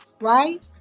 Right